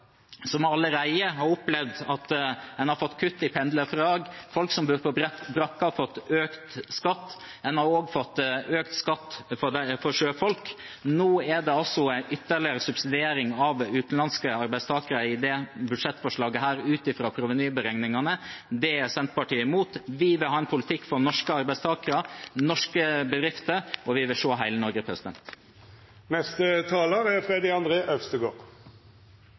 som allerede har opplevd at en har fått kutt i pendlerfradrag, folk som bor på brakke, har fått økt skatt, en har også fått økt skatt for sjøfolk – er det altså nå en ytterligere subsidiering av utenlandske arbeidstakere i dette budsjettforslaget, ut fra provenyberegningene. Det er Senterpartiet imot. Vi vil ha en politikk for norske arbeidstakere, norske bedrifter, og vi vil se hele Norge. Noe av det beste med Norge er